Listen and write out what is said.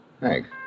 Thanks